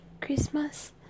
Christmas